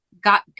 got